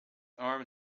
arm